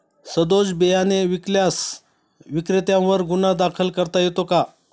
सदोष बियाणे विकल्यास विक्रेत्यांवर गुन्हा दाखल करता येतो का?